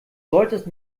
solltest